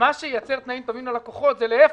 מה שייצר תנאים טובים ללקוחות הוא להיפך,